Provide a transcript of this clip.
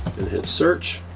and hit search.